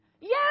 Yes